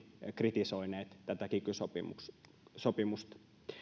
kritisoineet kiky sopimusta